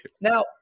Now